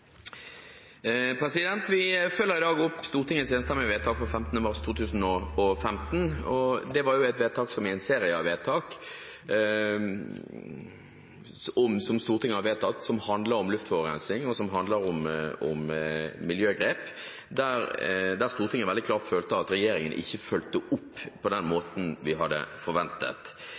Vi følger i dag opp Stortingets enstemmige vedtak fra 15. mars 2015. Det var et vedtak i en serie av vedtak som Stortinget har fattet, som handler om luftforurensning, og som handler om miljøgrep, der Stortinget veldig klart følte at regjeringen ikke fulgte opp på den måten vi hadde forventet.